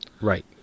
Right